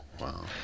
Wow